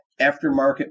aftermarket